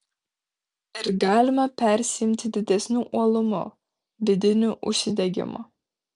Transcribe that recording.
ir galime persiimti didesniu uolumu vidiniu užsidegimu